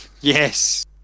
Yes